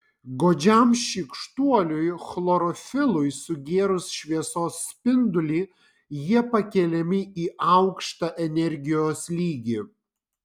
godžiam šykštuoliui chlorofilui sugėrus šviesos spindulį jie pakeliami į aukštą energijos lygį